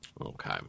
Okay